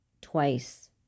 twice